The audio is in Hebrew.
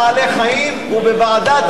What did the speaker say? בעד,